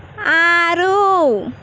ఆరు